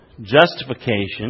justification